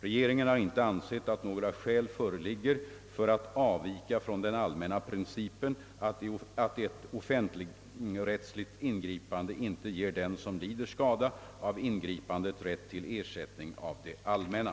Regeringen har inte ansett att några skäl föreligger för att avvika från den allmänna principen att ett offentligrättsligt ingripande inte ger den som lider skada av ingripandet rätt till ersättning av det allmänna.